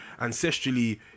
ancestrally